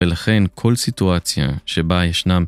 ולכן, כל סיטואציה שבה ישנם...